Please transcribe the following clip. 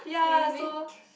ya so